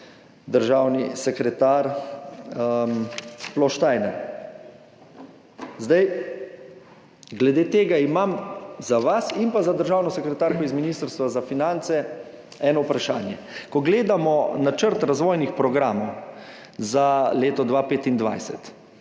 državni sekretar Ploštajner. Glede tega imam za vas in pa za državno sekretarko z Ministrstva za finance eno vprašanje. Ko gledamo načrt razvojnih programov za leto 2025,